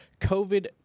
COVID